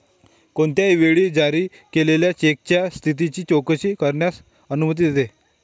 कोणत्याही वेळी जारी केलेल्या चेकच्या स्थितीची चौकशी करण्यास अनुमती देते